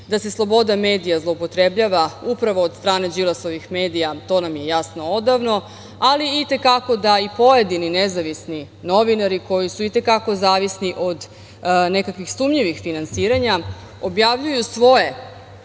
da se sloboda medija zloupotrebljava upravo od strane Đilasovih medija, to nam je jasno davno, ali i te kako da i pojedini nezavisni novinari koji su i te kako zavisni od nekakvih sumnjivih finansiranja objavljuju svoje